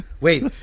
wait